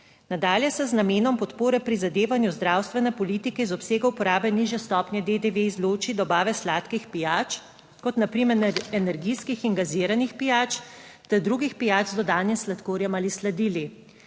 Nadalje se z namenom podpore prizadevanju zdravstvene politike iz obsega uporabe nižje stopnje DDV izloči dobave sladkih pijač, kot na primer energijskih in gaziranih pijač, ter drugih pijač z dodanim sladkorjem ali sladili.